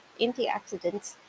antioxidants